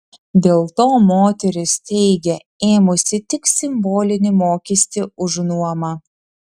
dėl to moteris teigia ėmusi tik simbolinį mokestį už nuomą